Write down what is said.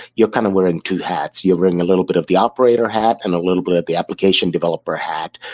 you're kind of wearing two hats. you're wearing a little bit of the operator hat and a little bit of the application developer hat.